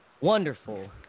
wonderful